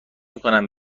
میکنم